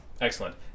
Excellent